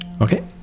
Okay